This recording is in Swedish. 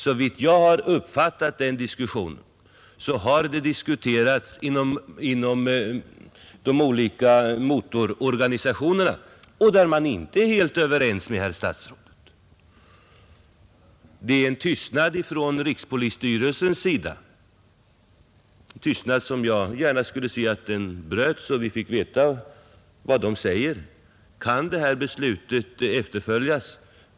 Såvitt jag har uppfattat diskussionen inom de olika motororganisationerna är man där inte helt överens med herr statsrådet. Ifrån rikspolisstyrelsens sida råder tystnad, en tystnad som jag gärna skulle se bröts så att vi fick veta vad den säger. Kan detta beslut efterföljas?